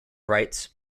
rights